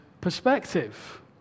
perspective